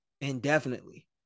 indefinitely